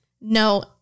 No